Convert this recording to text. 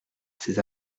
ces